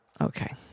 Okay